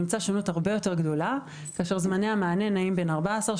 נמצא שונות הרבה יותר גדולה כאשר זמני המענה נעים בין 14,